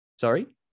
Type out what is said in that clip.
Sorry